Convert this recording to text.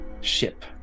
Ship